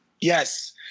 Yes